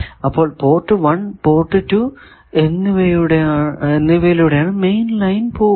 അപ്പോൾ port 1 port 2 എന്നിവയിലൂടെ ആണ് മെയിൻ ലൈൻ പോകുക